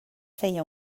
feia